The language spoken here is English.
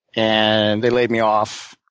and they laid me off.